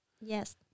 Yes